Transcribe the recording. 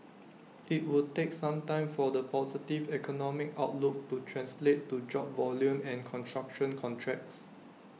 IT would take some time for the positive economic outlook to translate to job volume and construction contracts